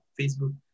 Facebook